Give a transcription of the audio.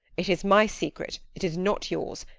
it is my secret, it is not yours.